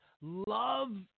love